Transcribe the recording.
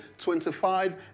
25